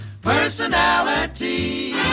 personality